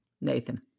Nathan